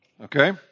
okay